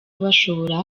bashobora